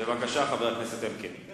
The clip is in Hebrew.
חבר הכנסת אלקין, בבקשה.